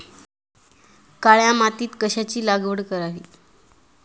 काळ्या मातीत कशाची लागवड करावी?